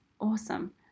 awesome